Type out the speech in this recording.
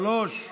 שלוש.